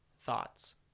Thoughts